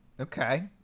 okay